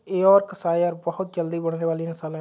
Yorkshire बहुत जल्दी बढ़ने वाली नस्ल है